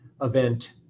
event